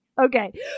okay